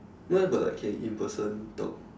no eh but like can in person talk